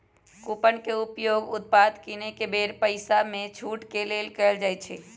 coupon के उपयोग उत्पाद किनेके बेर पइसामे छूट के लेल कएल जाइ छइ